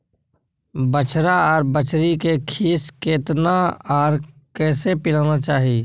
बछरा आर बछरी के खीस केतना आर कैसे पिलाना चाही?